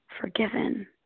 Forgiven